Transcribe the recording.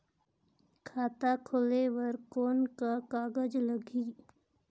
खाता खोले बर कौन का कागज लगही?